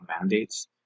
mandates